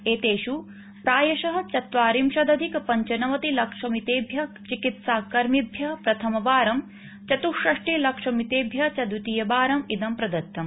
एतेषु प्रायश चत्वारिंशदधिक पञ्चनवतिलक्षमितेभ्य चिकित्सा कर्मिभ्य प्रथमबारं चतुःषष्टिलक्षमितेभ्यः च द्वितीयबारम् इदं प्रदत्तम्